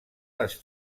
les